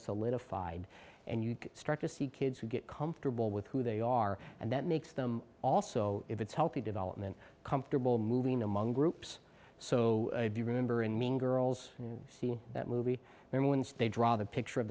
solidified and you start to see kids who get comfortable with who they are and that makes them also if it's healthy development comfortable moving among groups so if you remember in mean girls and see that movie then when they draw the picture of